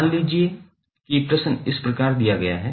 मान लीजिए कि प्रश्न इस प्रकार दिया गया है